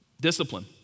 Discipline